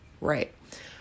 Right